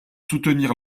soutenir